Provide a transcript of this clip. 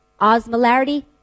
Osmolarity